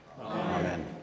Amen